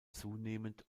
zunehmend